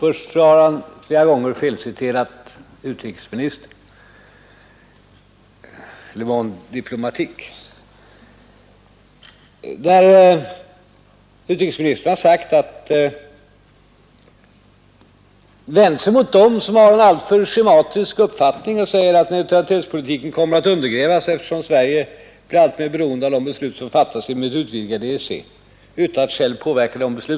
Först och främst har han flera gånger felciterat utrikesministerns artikel i Le Monde Diplomatique, där utrikesministern vände sig mot dem som har en alltför schematisk uppfattning och sade att neutralitetspolitiken kommer att undergrävas, eftersom Sverige blir alltmer beroende av de beslut som fattas inom ett utvidgat EEC utan att själv kunna påverka dessa beslut.